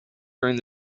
during